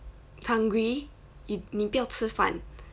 hungry you 你不要吃饭